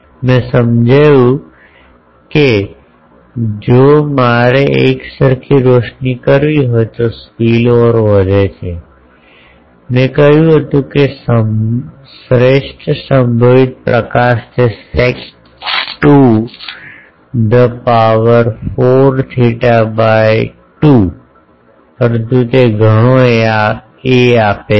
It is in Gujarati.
મેં સમજાવ્યું હતું કે જો મારે એકસરખી રોશની કરવી હોય તો સ્પીલઓવર વધે છે મેં કહ્યું હતું કે શ્રેષ્ઠ સંભવિત પ્રકાશ તે sec to the power 4 theta by 2 પરંતુ તે ઘણો a આપે છે